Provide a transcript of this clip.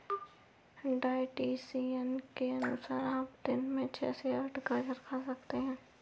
dietitian के अनुसार आप एक दिन में छह से आठ गाजर खा सकते हैं